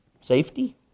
safety